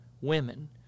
women